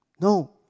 No